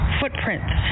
footprints